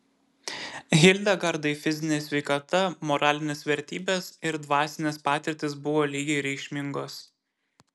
hildegardai fizinė sveikata moralinės vertybės ir dvasinės patirtys buvo lygiai reikšmingos